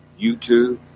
YouTube